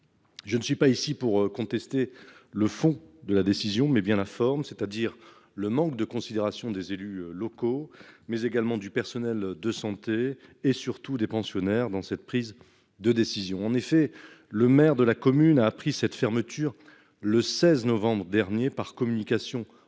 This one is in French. Je ne suis pas ici pour contester le fond de la décision mais bien la forme, c'est-à-dire le manque de considération des élus locaux mais également du personnel de santé et surtout des pensionnaires dans cette prise de décision. En effet, le maire de la commune a appris cette fermeture le 16 novembre dernier par communication orale